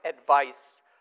advice